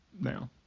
now